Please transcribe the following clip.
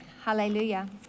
hallelujah